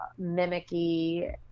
mimicky